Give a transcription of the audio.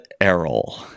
Errol